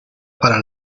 para